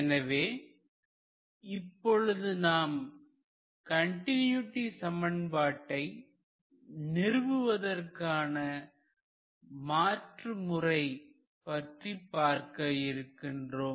எனவே இப்பொழுது நாம் கண்டினூட்டி சமன்பாட்டை நிறுவுவதற்கான மாற்றுமுறை பற்றி பார்க்க இருக்கிறோம்